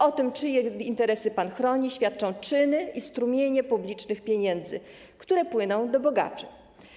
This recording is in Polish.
O tym, czyje interesy pan chroni, świadczą czyny i strumienie publicznych pieniędzy, które płyną do bogaczy.